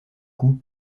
coût